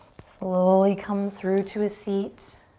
slowly come through to a seat.